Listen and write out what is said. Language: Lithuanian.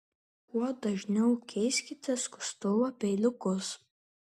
kuo dažniau keiskite skustuvo peiliukus